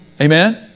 Amen